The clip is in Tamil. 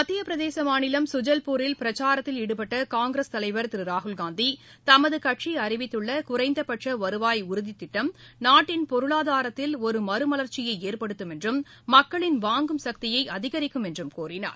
மத்தியப்பிரதேச மாநிலம் சுஜல்பூரில் பிரச்சாரத்தில் ஈடுபட்ட காங்கிரஸ் தலைவர் திரு ராகுல்காந்தி தமது கட்சி அறிவித்துள்ளகுறைந்தபட்ச வருவாய் உறுதித்திட்டம் நாட்டின் பொருளாதாரத்தில் ஒரு மறுமலர்ச்சியை ஏற்படுத்தும் என்றும் மக்களின் வாங்கும் சக்தியை அதிகரிக்கும் என்றும் கூறினார்